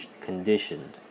conditioned